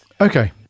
Okay